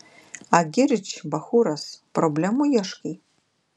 agirdž bachūras problemų ieškai